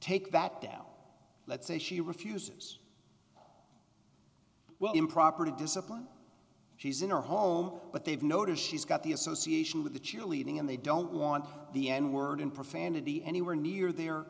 take that down let's say she refuses well improper to discipline she's in her home but they've notice she's got the association with the cheerleading and they don't want the n word in profanity anywhere near the